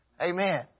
Amen